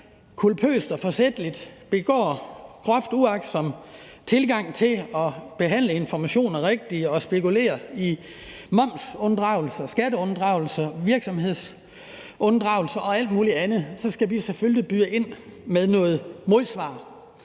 steder culpøst og forsætligt har en groft uagtsom tilgang til at behandle informationer rigtigt og spekulerer i momsunddragelse, skatteunddragelse og alt muligt andet, så skal vi selvfølgelig byde ind med noget modsvar.